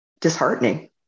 disheartening